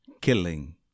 Killing